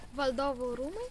valdovų rūmai